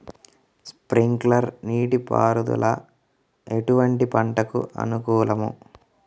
Sprinkler నీటిపారుదల ఎటువంటి పంటలకు అనుకూలము?